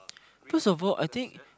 first of all I think